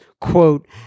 quote